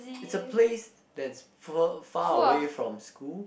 it's a place that's far away from school